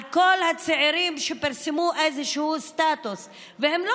על כל הצעירים שפרסמו איזשהו סטטוס והם לא